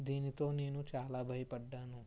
దీనితో నేను చాలా భయపడ్డాను